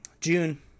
June